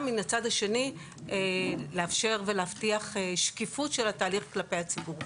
כדי להבטיח שקיפות של התהליך כלפי הציבור.